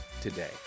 today